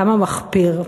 כמה מחפיר.